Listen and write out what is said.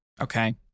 Okay